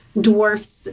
dwarfs